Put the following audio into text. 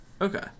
okay